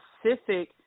specific